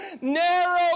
Narrow